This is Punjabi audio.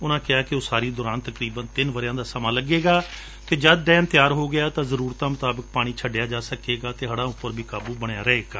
ਉਨਾਂ ਕਿਹਾ ਕਿ ਉਸਾਰੀ ਦੌਰਾਨ ਤਕਰੀਬਨ ਤਿੰਨ ਵਰਿਆਂ ਦਾ ਸਮਾ ਲੱਗੇਗਾ ਅਤੇ ਜਦ ਡੈਮ ਤਿਆਰ ਹੋ ਗਿਆ ਤਾਂ ਜ਼ਰੁਰਤਾਂ ਮੁਤਾਬਕ ਪਾਣੀ ਛਡਿਆ ਜਾ ਸਕੇਗਾ ਅਤੇ ਹੜਾਂ ਉਪਰ ਵੀ ਕਾਬੁ ਬਣਿਆ ਰਹੇਗਾ